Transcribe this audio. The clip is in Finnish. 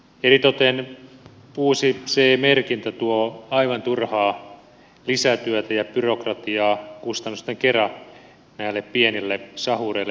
eritoten uusi ce merkintä tuo aivan turhaa lisätyötä ja byrokratiaa kustannusten kera näille pienille sahureille pienille sahoille